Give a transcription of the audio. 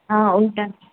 ఆ ఉంటాను